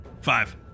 Five